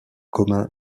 commun